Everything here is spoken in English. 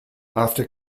after